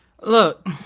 Look